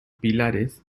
pilares